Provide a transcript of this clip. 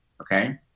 Okay